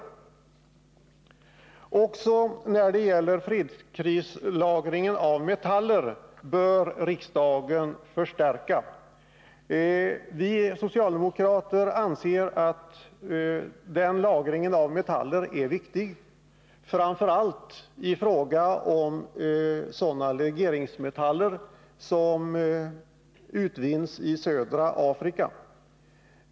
Också när det gäller fredskrislagringen av metaller bör riksdagen förstärka försörjningsberedskapen. Vi socialdemokrater anser att den lagringen av metaller är viktig, framför allt i fråga om sådana legeringsmetaller som utvinns i södra Afrika.